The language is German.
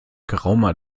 geraumer